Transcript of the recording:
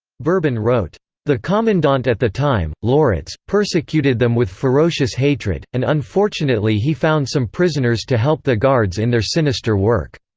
berben wrote the commandant at the time, loritz, persecuted them with ferocious hatred, and unfortunately he found some prisoners to help the guards in their sinister work.